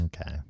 Okay